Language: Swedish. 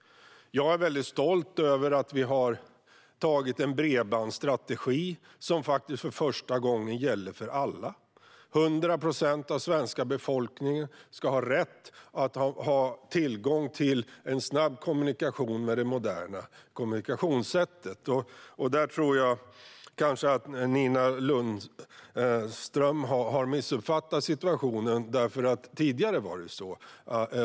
Jag är stolt över att vi har antagit en bredbandsstrategi som för första gången gäller alla. Nu ska 100 procent av den svenska befolkningen få tillgång till en snabb kommunikation med det moderna kommunikationssättet. Jag tror att Nina Lundström har missuppfattat situationen.